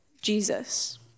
Jesus